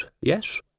yes